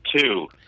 two